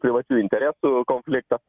privačių interesų konfliktas